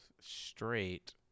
straight